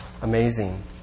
Amazing